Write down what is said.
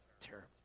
terrible